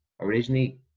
originally